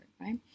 right